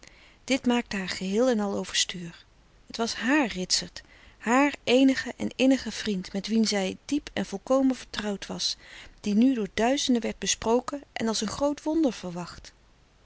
dit maakte haar geheel en al overstuur het was hààr ritsert haar eenige en innige vriend met wien zij diep en volkomen vertrouwd was die nu door duizenden werd besproken en als een groot wonder verwacht